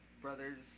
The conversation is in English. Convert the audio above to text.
Brothers